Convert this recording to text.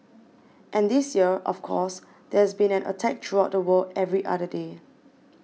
and this year of course there has been an attack throughout the world every other day